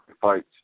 fights